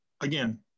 again